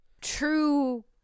True